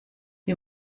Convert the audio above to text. wie